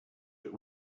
but